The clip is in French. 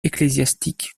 ecclésiastique